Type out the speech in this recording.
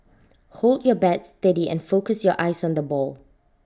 hold your bat steady and focus your eyes on the ball